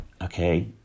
okay